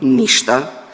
Ništa.